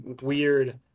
weird